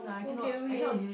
okay okay